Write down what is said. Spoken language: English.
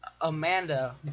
Amanda